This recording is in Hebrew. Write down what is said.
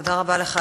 תודה רבה לך,